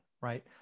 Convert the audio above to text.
right